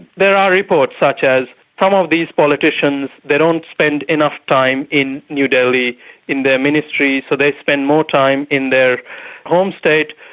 there are reports such as some um of these politicians, they don't spend enough time in new delhi in their ministries, so they spend more time in their home state,